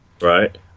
Right